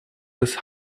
des